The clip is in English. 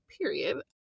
period